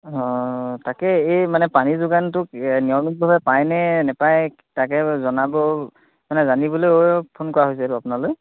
অঁ তাকে এই মানে পানী যোগানটো নিয়মিতভাৱে পায়নে নাপায় তাকে জনাব মানে জানিবলৈ ফোন কৰা হৈছে এইটো আপোনালৈ